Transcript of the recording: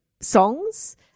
songs